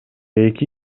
эки